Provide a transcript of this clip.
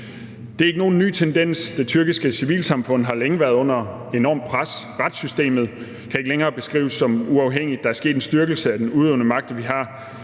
Det er ikke nogen ny tendens. Det tyrkiske civilsamfund har længe været under enormt pres. Retssystemet kan ikke længere beskrives som uafhængigt. Der er sket en styrkelse af den udøvende magt, og vi har